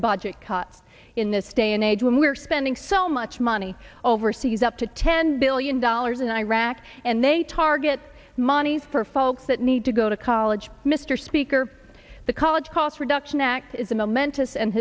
budget cuts in this day and age when we're spending so much money overseas up to ten billion dollars in iraq and they target monies for folks that need to go to college mr speaker the college cost reduction act is a momentous and